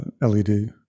LED